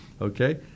okay